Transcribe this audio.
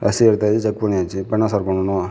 ரசீது எடுத்தாச்சு செக் பண்ணியாச்சு இப்போ என்ன சார் பண்ணனும்